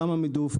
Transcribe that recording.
כמה מידוף,